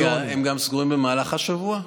רגע, הם גם סגורים במהלך השבוע?